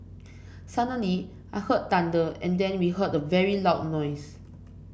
suddenly I heard thunder and then we heard a very loud noise